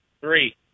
Three